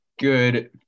good